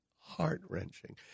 heart-wrenching